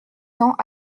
cents